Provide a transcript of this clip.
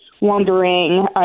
wondering